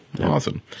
Awesome